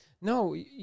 No